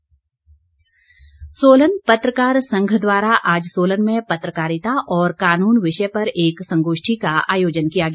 संगोष्ठी सोलन पत्रकार संघ द्वारा आज सोलन में पत्रकारिता और कानून विषय पर एक संगोष्ठी का आयोजन किया गया